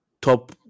top